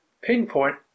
pinpoint